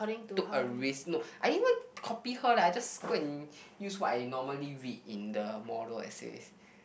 took a risk no I didn't even copy her leh I just go and use what I normally read in the model essays